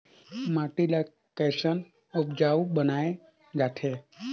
माटी ला कैसन उपजाऊ बनाय जाथे?